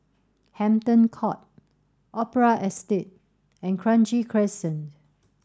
Hampton Court Opera Estate and Kranji Crescent